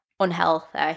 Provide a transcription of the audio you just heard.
Unhealthy